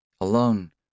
Alone